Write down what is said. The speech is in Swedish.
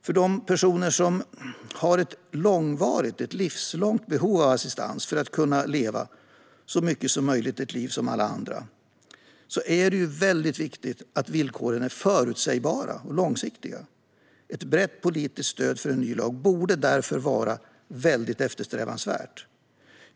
För de personer som har ett långvarigt eller ett livslångt behov av assistans för att så mycket som möjligt kunna leva ett liv som alla andra är det viktigt att villkoren är förutsägbara och långsiktiga. Ett brett politiskt stöd för en ny lag borde därför vara väldigt eftersträvansvärt.